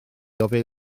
ofyn